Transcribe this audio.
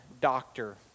doctor